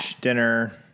dinner